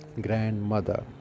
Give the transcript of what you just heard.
grandmother